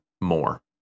more